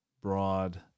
broad